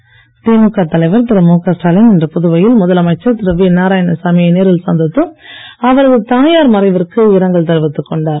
ஸ்டாலின் திமுக தலைவர் திரு முக ஸ்டாலின் இன்று புதுவையில் முதலமைச்சர் திரு வி நாராயணசாமியை நேரில் சந்தித்து அவரது தாயார் மறைவிற்கு இரங்கல் தெரிவித்துக் கொண்டார்